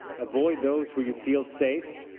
avoid those where you feel safe.